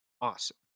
awesome